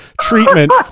treatment